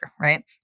Right